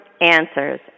Answers